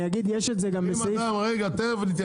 אגיד יש את זה גם בסעיף --- רגע תכף נתייחס.